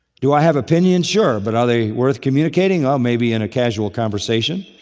do i have opinion? sure, but are they worth communicating? maybe in a casual conversation,